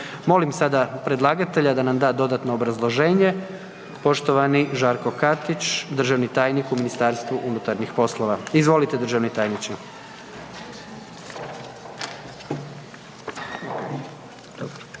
Molim sada predlagatelja da nam da dodatno obrazloženje. Poštovani Žarko Katić, državni tajnik u MUP-u. Izvolite državni tajniče.